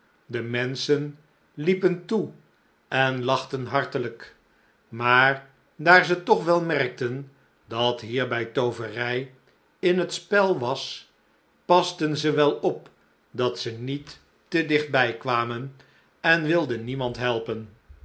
sprookjes en lachten hartelijk maar daar ze toch wel merkten dat hierbij tooverij in het spel was pasten ze wel op dat ze niet te digt bij kwamen en wilden niemand helpen